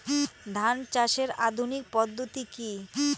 ধান চাষের আধুনিক পদ্ধতি কি?